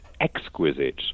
exquisite